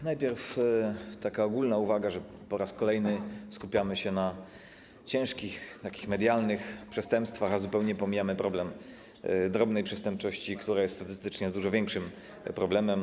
Najpierw taka ogólna uwaga, że po raz kolejny skupiamy się na ciężkich, takich medialnych przestępstwach, a zupełnie pomijamy problem drobnej przestępczości, która jest statystycznie dużo większym problemem.